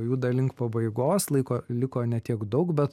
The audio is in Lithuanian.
juda link pabaigos laiko liko ne tiek daug bet